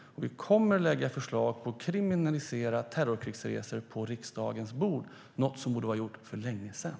Vi kommer att lägga ett förslag på riksdagens bord om att kriminalisera terrorkrigsresor - något som borde ha gjorts för länge sedan.